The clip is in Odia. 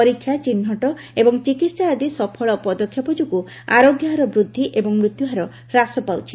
ପରୀକ୍ଷା ଚିହ୍ନଟ ଏବଂ ଚିକିତ୍ସା ଆଦି ସଫଳ ପଦକ୍ଷେପ ଯୋଗୁଁ ଆରୋଗ୍ୟ ହାର ବୃଦ୍ଧି ଏବଂ ମୃତ୍ୟୁ ହାର ହ୍ରାସ ପାଉଛି